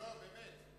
לא לא, לא באמת.